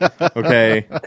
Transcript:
Okay